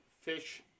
fish